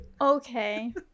Okay